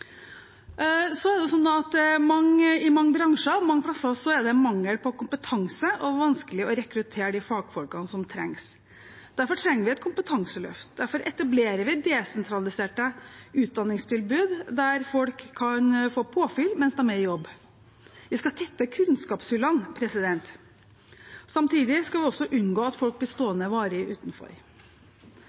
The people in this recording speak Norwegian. I mange bransjer og mange steder er det mangel på kompetanse og vanskelig å rekruttere de fagfolkene som trengs. Derfor trenger vi et kompetanseløft, derfor etablerer vi desentraliserte utdanningstilbud der folk kan få påfyll mens de er i jobb. Vi skal tette kunnskapshullene. Samtidig skal vi også unngå at folk blir stående varig utenfor.